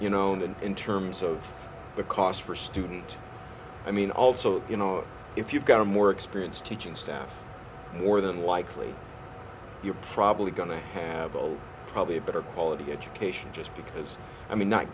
you know then in terms of the cost per student i mean also you know if you've got a more experienced teaching staff more than likely you're probably going to have oh probably a better quality education just because i mean not